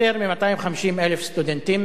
יותר מ-250,000 סטודנטים